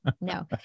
no